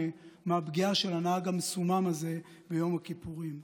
מהפגיעה של הנהג המסומם הזה ביום הכיפורים.